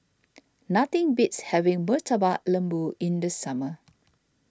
nothing beats having Murtabak Lembu in the summer